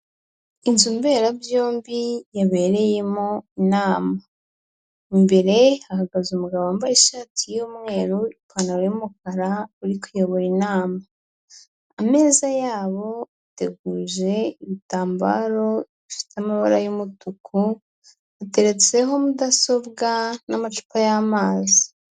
Inzu mberabyombi yabereyemo inama, Imbere hahagaze umugabo wambaye ishati y'umweru, ipantaro y'umukara uri kuyobora inama ameza yabo ateguje ibitambaro bifite amabara y'umutuku, ateretseho mudasobwa n'amacupa y'amazi.